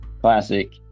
classic